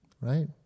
right